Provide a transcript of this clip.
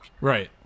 Right